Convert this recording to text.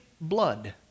blood